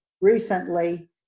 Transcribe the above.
Recently